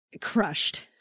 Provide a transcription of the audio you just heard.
crushed